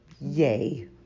Yay